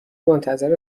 منتظر